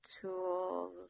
Tools